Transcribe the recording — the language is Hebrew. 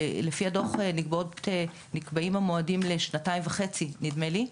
לפי הדו"ח נקבעים המועדים לשנתיים וחצי נדמה לי,